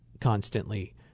constantly